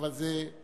זה מלשון